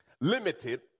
limited